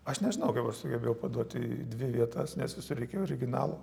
aš nežinau kaip aš sugebėjau paduot į dvi vietas nes visur reikėjo originalo